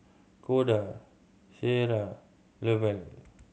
Koda Ciera Lovell